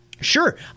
Sure